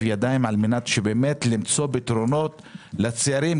ידיים על מנת למצוא פתרונות לצעירים.